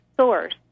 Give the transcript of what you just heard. source